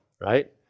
right